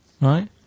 right